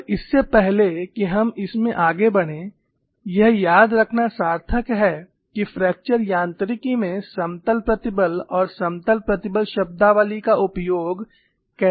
और इससे पहले कि हम इसमें आगे बढ़ें यह याद रखना सार्थक है कि फ्रैक्चर यांत्रिकी में समतल प्रतिबल और समतल प्रतिबल शब्दावली का उपयोग कैसे किया जाता है